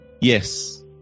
Yes